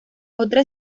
otra